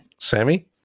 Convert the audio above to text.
Sammy